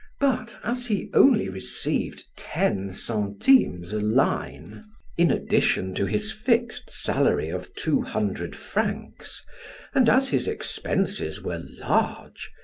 but as he only received ten centimes a line in addition to his fixed salary of two hundred francs and as his expenses were large,